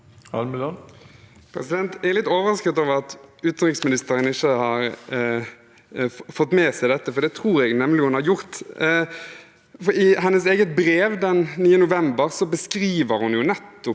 Jeg er litt overras- ket over at utenriksministeren ikke har fått med seg dette, for det tror jeg nemlig hun har gjort. I sitt eget brev den 9. november beskriver hun nettopp